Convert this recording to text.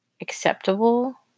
acceptable